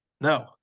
No